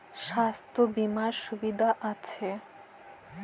স্বাস্থ্য বিমার সুবিধা আছে?